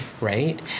right